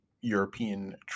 European